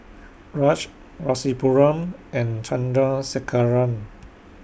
Raj Rasipuram and Chandrasekaran